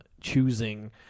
choosing